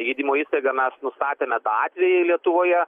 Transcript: į gydymo įstaigą mes nustatėme tą atvejį lietuvoje